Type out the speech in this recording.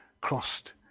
crossed